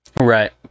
Right